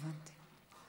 הבנתי.